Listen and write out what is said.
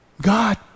God